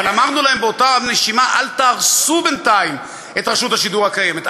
אבל אמרנו להם באותה נשימה: אל תהרסו בינתיים את רשות השידור הקיימת.